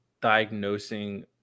diagnosing